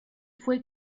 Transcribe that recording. fue